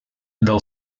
del